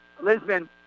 Lisbon